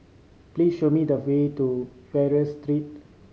please show me the way to Fraser Street